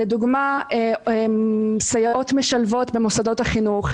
לדוגמה סייעות משלבות במוסדות החינוך,